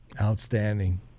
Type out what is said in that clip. Outstanding